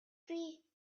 see